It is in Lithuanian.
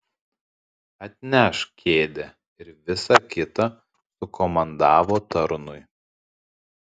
atnešk kėdę ir visa kita sukomandavo tarnui